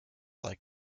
like